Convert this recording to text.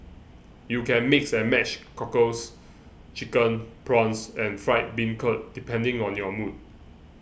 you can mix and match cockles chicken prawns and fried bean curd depending on your mood